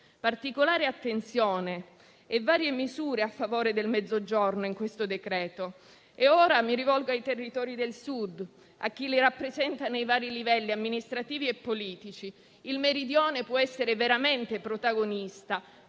particolare attenzione e varie misure a favore del Mezzogiorno nel decreto-legge all'ordine del giorno. Ora mi rivolgo ai territori del Sud, a chi li rappresenta nei vari livelli amministrativi e politici. Il Meridione può essere veramente protagonista